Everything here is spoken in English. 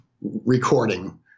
recording